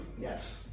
Yes